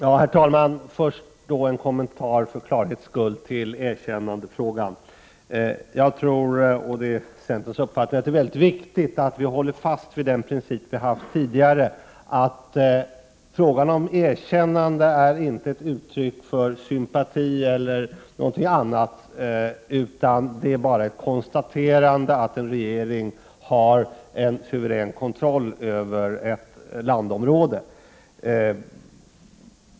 Herr talman! Först då för klarhetens skull en kommentar beträffande erkännandefrågan. Jag tror — och det är centerns uppfattning — att det är mycket viktigt att vi håller fast vid den tidigare principen att frågan om erkännande inte är ett uttryck för sympati eller något liknande. Det är bara ett konstaterande av att en regering har en suverän kontroll över ett landområde.